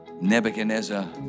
Nebuchadnezzar